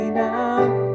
now